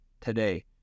today